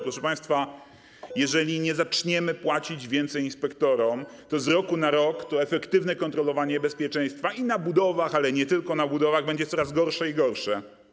Proszę państwa, jeżeli nie zaczniemy płacić więcej inspektorom, to z roku na rok to efektywne kontrolowanie bezpieczeństwa na budowach, i nie tylko na budowach, będzie coraz gorsze i gorsze.